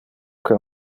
que